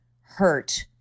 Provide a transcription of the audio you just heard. hurt